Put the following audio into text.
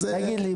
תגיד לי,